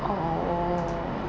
orh